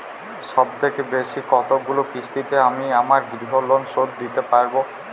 সবথেকে বেশী কতগুলো কিস্তিতে আমি আমার গৃহলোন শোধ দিতে পারব?